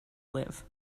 live